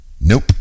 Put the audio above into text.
Nope